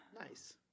Nice